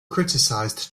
criticized